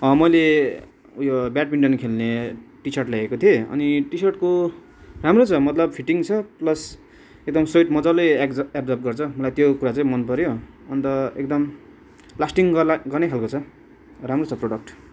मैले उयो ब्याडमिन्टन खेल्ने टी सर्ट ल्याएको थिएँ अनि टी सर्टको राम्रो छ मतलब फिटिङ छ प्लस एकदम स्वेट मजाले एग्ज एबजर्ब गर्छ मलाई त्यो कुरा चाहिँ मनपऱ्यो अन्त एकदम लास्टिङ गर्ला गर्ने खालको छ राम्रो छ प्रडक्ट